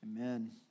Amen